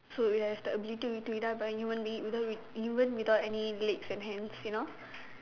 so it has the ability to eat to eat up a human being without even without any legs and hands you know